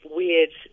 weird